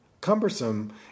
cumbersome